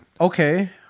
Okay